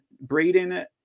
Braden